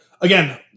again